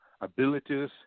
abilities